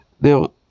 Now